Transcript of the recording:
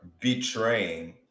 betraying